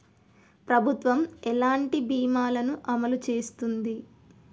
ప్రభుత్వం ఎలాంటి బీమా ల ను అమలు చేస్తుంది?